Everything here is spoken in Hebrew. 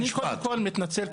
אני קודם כל מתנצל.